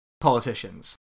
politicians